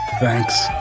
Thanks